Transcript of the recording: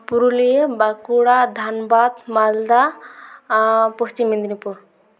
Purulia Bankura Dhanbad Malda Paschim Medinipur